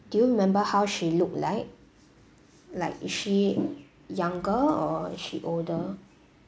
do you remember how she look like like is she younger or is she older